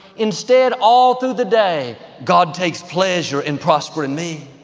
instead, all through the day, god takes pleasure in prospering me.